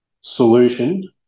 solution